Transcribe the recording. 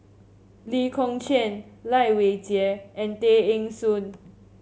Lee Kong Chian Lai Weijie and Tay Eng Soon